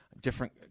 Different